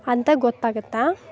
ಅಂತ ಗೊತ್ತಾಗತ್ತೆ